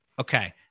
Okay